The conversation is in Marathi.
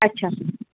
अच्छा